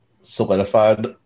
solidified